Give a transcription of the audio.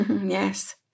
Yes